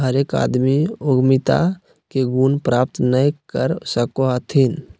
हरेक आदमी उद्यमिता के गुण प्राप्त नय कर सको हथिन